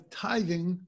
tithing